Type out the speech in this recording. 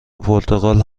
پرتغال